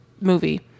movie